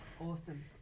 Awesome